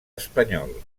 espanyol